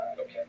Okay